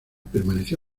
permaneció